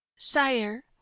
sire,